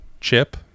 chip